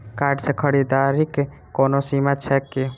Card सँ खरीददारीक कोनो सीमा छैक की?